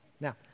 Now